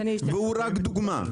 והוא רק דוגמה.